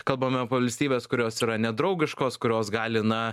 kalbama valstybes kurios yra nedraugiškos kurios gali na